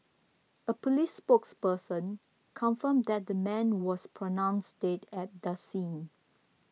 a police spokesperson confirmed that the man was pronounced dead at the scene